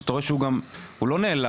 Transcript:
שאתה רואה שהוא גם לא נעלם,